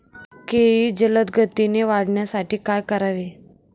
केळी जलदगतीने वाढण्यासाठी काय करावे?